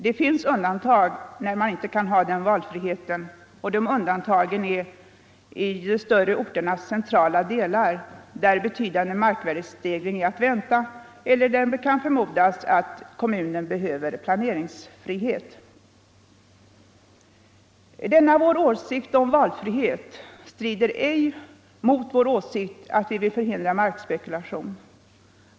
Det finns undantag när man inte kan ha den valfriheten, t.ex. i de större orternas centrala delar, där betydande markvärdestegring är att vänta eller där det kan förmodas att kommunen behöver planeringsfrihet. Denna vår åsikt strider ej mot vår åsikt att vi vill förhindra markspekulation.